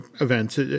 events